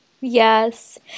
Yes